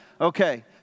Okay